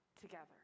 together